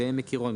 בעמק עירון,